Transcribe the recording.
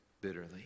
bitterly